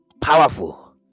powerful